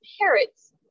parrots